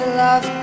love